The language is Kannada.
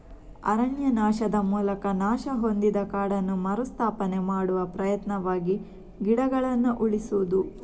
ಅರಣ್ಯನಾಶದ ಮೂಲಕ ನಾಶ ಹೊಂದಿದ ಕಾಡನ್ನು ಮರು ಸ್ಥಾಪನೆ ಮಾಡುವ ಪ್ರಯತ್ನವಾಗಿ ಗಿಡಗಳನ್ನ ಉಳಿಸುದು